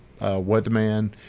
Weatherman